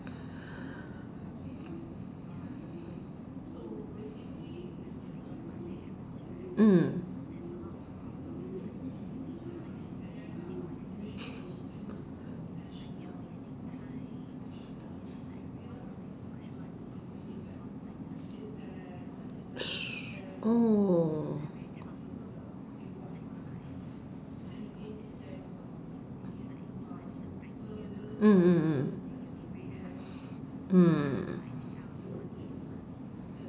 mm oh